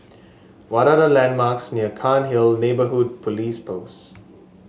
what are the landmarks near Cairnhill Neighbourhood Police Post